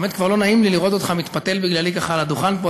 באמת כבר לא נעים לי לראות אותך מתפתל בגללי על הדוכן פה,